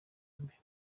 mbere